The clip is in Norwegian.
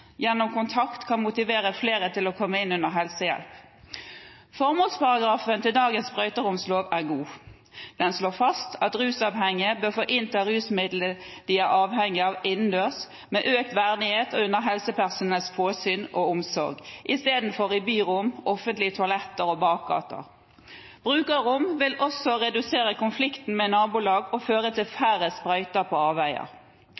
gjennom kontakt kan man motivere flere til å komme inn under helsehjelp. Formålsparagrafen til dagens sprøyteromslov er god. Den slår fast at rusavhengige bør få innta rusmidler de er avhengige av, innendørs, med økt verdighet og under helsepersonells påsyn og omsorg istedenfor i byrom, på offentlige toaletter og i bakgater. Brukerrom vil også redusere konflikten med nabolag og føre til færre sprøyter på avveier.